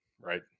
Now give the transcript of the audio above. Right